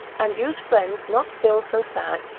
and use friends not still so sad,